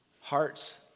hearts